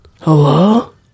Hello